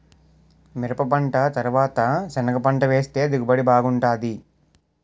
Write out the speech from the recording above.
మిరపపంట తరవాత సెనగపంట వేస్తె దిగుబడి బాగుంటాది